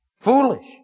foolish